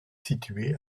située